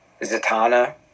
Zatanna